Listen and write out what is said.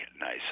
nice